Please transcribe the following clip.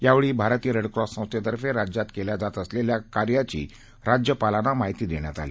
यावेळी भारतीय Red Cross संस्थेतर्फे राज्यात केल्या जात असलेल्या कार्याची राज्यपालांना माहिती देण्यात आली